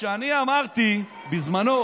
כשאני אמרתי בזמנו